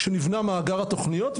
כשנבנה מאגר התוכניות.